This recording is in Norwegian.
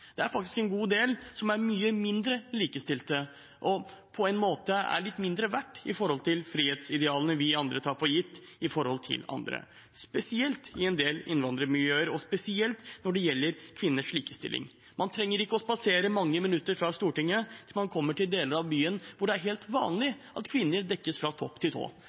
Det er faktisk en god del som er mye mindre likestilt, og som på en måte er litt mindre verdt enn andre med tanke på frihetsidealene vi andre tar for gitt, spesielt i en del innvandrermiljøer, og spesielt gjelder det kvinner. Man trenger ikke å spasere mange minutter fra Stortinget før man kommer til deler av byen hvor det er helt vanlig at kvinner tildekkes fra topp til tå.